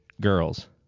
girls